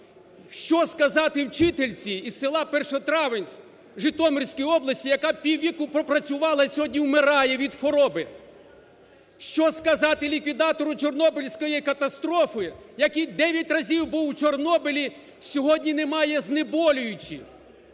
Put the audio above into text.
Що сказати вчительці із села Першотравенськ Житомирської області, яка піввіку пропрацювала і сьогодні умирає від хвороби? Що сказати ліквідатору Чорнобильської катастрофи, який дев'ять разів був у Чорнобилі, – сьогодні немає знеболюючих?